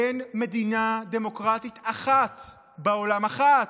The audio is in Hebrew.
אין מדינה דמוקרטית אחת בעולם, אחת,